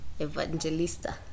evangelista